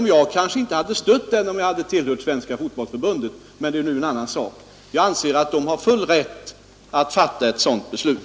Jag hade kanske inte stött det här beslutet om jag hade tillhört Svenska fotbollförbundet, men det är en annan sak. Jag anser att det har full rätt att fatta ett sådant beslut.